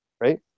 right